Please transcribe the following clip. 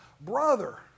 brother